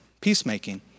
peacemaking